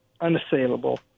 unassailable